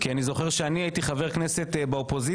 כי אני זוכר כשאני הייתי חבר כנסת באופוזיציה,